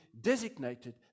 designated